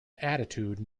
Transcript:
attitude